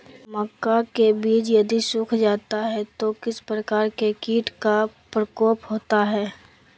मक्का के बिज यदि सुख जाता है तो किस प्रकार के कीट का प्रकोप होता है?